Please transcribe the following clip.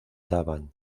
daban